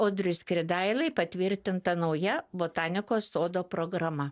audriui skridailai patvirtinta nauja botanikos sodo programa